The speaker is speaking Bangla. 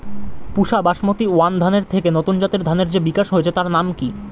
পুসা বাসমতি ওয়ান ধানের থেকে নতুন জাতের ধানের যে বিকাশ হয়েছে তার নাম কি?